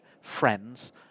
friends